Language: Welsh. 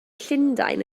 llundain